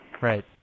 Right